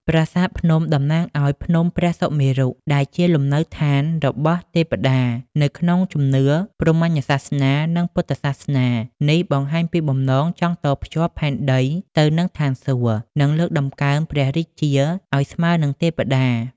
ប្រាសាទភ្នំតំណាងឱ្យ ភ្នំព្រះសុមេរុ ដែលជាលំនៅដ្ឋានរបស់ទេពតា នៅក្នុងជំនឿព្រហ្មញ្ញសាសនា និងពុទ្ធសាសនា។ នេះបង្ហាញពីបំណងចង់តភ្ជាប់ផែនដីទៅនឹងឋានសួគ៌ និងលើកតម្កើងព្រះរាជាឱ្យស្មើនឹងទេពតា។